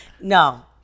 No